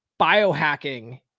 biohacking